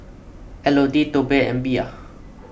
Elodie Tobe and Bea